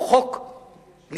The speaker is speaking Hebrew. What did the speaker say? הוא חוק ליברלי,